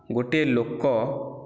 ଗୋଟିଏ ଲୋକ